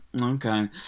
okay